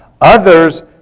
Others